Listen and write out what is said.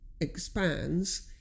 expands